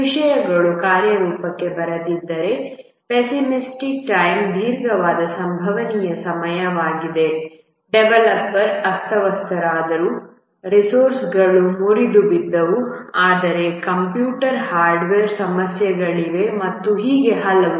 ವಿಷಯಗಳು ಕಾರ್ಯರೂಪಕ್ಕೆ ಬರದಿದ್ದರೆ ಪಿಎಸ್ಸಿಮಿಸ್ಟಿಕ್ ಟೈಮ್ ದೀರ್ಘವಾದ ಸಂಭವನೀಯ ಸಮಯವಾಗಿದೆ ಡೆವಲಪರ್ ಅಸ್ವಸ್ಥರಾದರು ರಿಸೋರ್ಸ್ಗಳು ಮುರಿದು ಬಿದ್ದವು ಅಂದರೆ ಕಂಪ್ಯೂಟರ್ ಹಾರ್ಡ್ವೇರ್ನಲ್ಲಿ ಸಮಸ್ಯೆಗಳಿವೆ ಮತ್ತು ಹೀಗೆ ಹಲವು